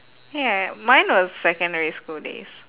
yeah mine was secondary school days